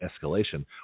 escalation